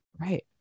Right